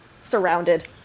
surrounded